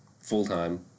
full-time